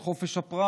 את חופש הפרט.